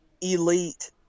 elite